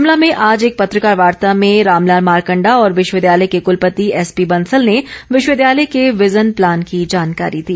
शिमला में आज एक पत्रकार वार्ता में रामलाल मारकंडा और विश्वविद्यालय के कुलपति एसपी बंसल ने विश्वविद्यालय के विज़न प्लान की जानकारी दी